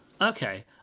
Okay